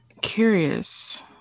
curious